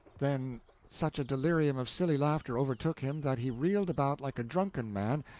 then such a delirium of silly laughter overtook him that he reeled about like a drunken man,